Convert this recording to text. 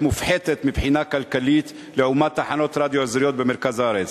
מופחתת מבחינה כלכלית לעומת תחנות רדיו אזוריות במרכז הארץ.